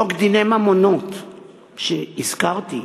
חוק דיני ממונות שהזכרתי,